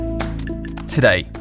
Today